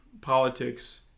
politics